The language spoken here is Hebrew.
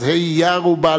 אז ה' באייר הוא בעל,